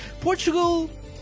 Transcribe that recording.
Portugal